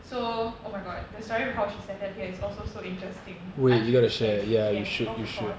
so oh my god the story of how she settled here is also so interesting I should share it yes of course